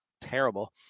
terrible